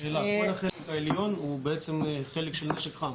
שאלה: כל החלק העליון הוא בעצם חלק של נשק חם?